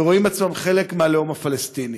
ורואים עצמם חלק מהלאום הפלסטיני.